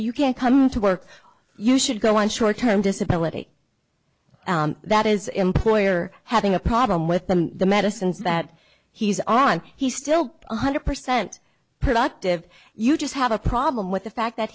you can't come to work you should go on short term disability that is employer having a problem with the medicines that he's on he's still one hundred percent productive you just have a problem with the fact that